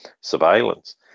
surveillance